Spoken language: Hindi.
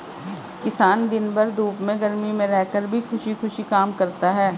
किसान दिन भर धूप में गर्मी में रहकर भी खुशी खुशी काम करता है